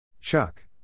Chuck